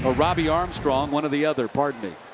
but robbie armstrong, one of the other. pardon me.